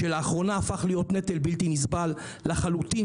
שלאחרונה הפך להיות נטל בלתי נסבל לחלוטין,